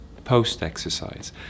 post-exercise